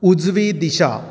उजवी दिशा